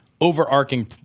overarching